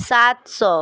सात सौ